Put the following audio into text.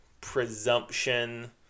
presumption